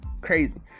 crazy